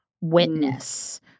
witness